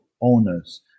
owners